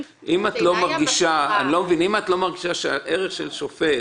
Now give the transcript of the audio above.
אם את לא מרגישה שהערך של שופט,